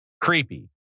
creepy